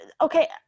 okay